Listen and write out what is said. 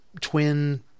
twin